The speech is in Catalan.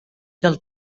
del